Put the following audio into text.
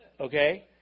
Okay